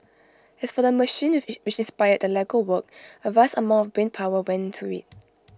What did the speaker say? as for the machine which inspired the Lego work A vast amount of brain power went into IT